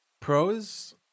Pros